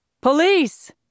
Police